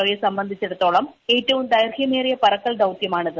O യെ സംബന്ധിച്ചിടത്തോളം ഏറ്റവും ദൈർഘ്യമേറിയ പറക്കൽ ദൌതൃമാണിത്